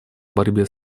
борьбе